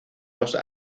dos